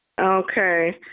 Okay